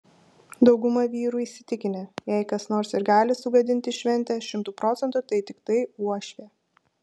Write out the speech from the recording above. dauguma vyrų įsitikinę jei kas nors ir gali sugadinti šventę šimtu procentų tai tiktai uošvė